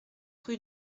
rue